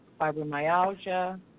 fibromyalgia